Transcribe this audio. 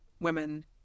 women